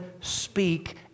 speak